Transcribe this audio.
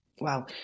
Wow